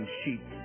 sheep